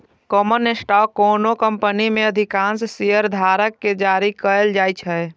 common stock कोनो company मे अधिकांश शेयरधारक कें जारी कैल जाइ छै